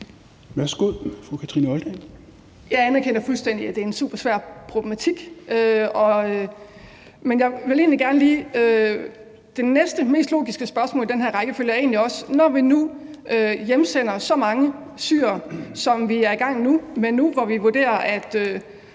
Kl. 13:11 Kathrine Olldag (RV): Jeg anerkender fuldstændig, at det er en supersvær problematik. Men jeg vil egentlig gerne lige stille det næste mest logiske spørgsmål i den her rækkefølge. Når vi nu hjemsender så mange syrere, som vi er i gang med, nu hvor en eller anden